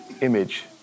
image